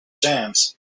jams